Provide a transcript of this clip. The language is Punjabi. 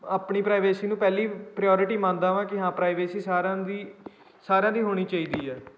ਆਪਣੀ ਪ੍ਰਾਈਵੇਸੀ ਨੂੰ ਪਹਿਲੀ ਪ੍ਰੀਓਰਿਟੀ ਮੰਨਦਾ ਹਾਂ ਕਿ ਹਾਂ ਪ੍ਰਾਈਵੇਸੀ ਸਾਰਿਆਂ ਦੀ ਸਾਰਿਆਂ ਦੀ ਹੋਣੀ ਚਾਹੀਦੀ ਹੈ